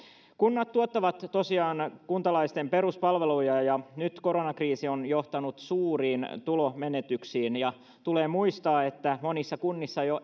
kunnat tuottavat tosiaan kuntalaisten peruspalveluja ja ja nyt koronakriisi on johtanut suuriin tulonmenetyksiin ja tulee muistaa että monissa kunnissa jo